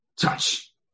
Touch